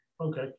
Okay